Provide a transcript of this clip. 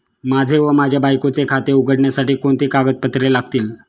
माझे व माझ्या बायकोचे खाते उघडण्यासाठी कोणती कागदपत्रे लागतील?